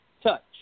touch